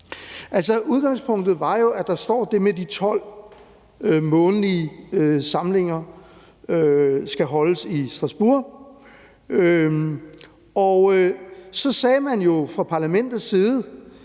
Udgangspunktet var jo, at der står det med, at de 12 månedlige samlinger skal holdes i Strasbourg, og så sagde man fra parlamentets side: